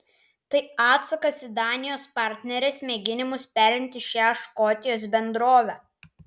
tai atsakas į danijos partnerės mėginimus perimti šią škotijos bendrovę